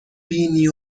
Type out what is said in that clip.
بینی